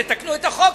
תתקנו את החוק,